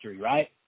right